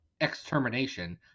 extermination